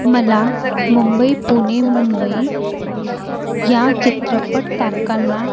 मला मुंबई पुणे मुंबई या चित्रपट तारकांना